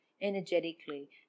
energetically